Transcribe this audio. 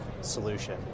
solution